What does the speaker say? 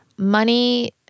Money